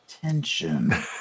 tension